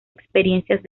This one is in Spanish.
experiencias